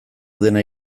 dena